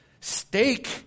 Steak